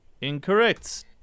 Incorrect